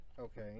Okay